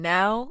now